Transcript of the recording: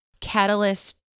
catalyst